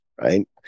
right